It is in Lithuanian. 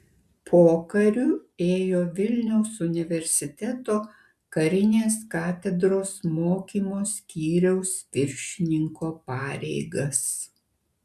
pokariu ėjo vilniaus universiteto karinės katedros mokymo skyriaus viršininko pareigas